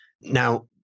Now